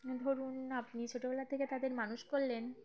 ধরুন আপনি ছোটোবেলা থেকে তাদের মানুষ করলেন